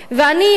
אני חושבת